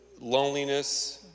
loneliness